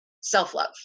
self-love